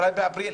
אולי באפריל.